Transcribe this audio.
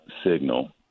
signal